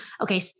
Okay